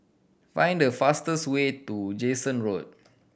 find the fastest way to Jansen Road